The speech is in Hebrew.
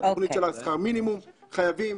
את תוכנית שכר המינימום חייבים.